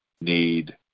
need